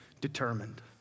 determined